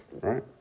right